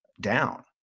down